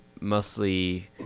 mostly